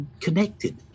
connected